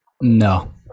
no